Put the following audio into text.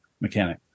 mechanic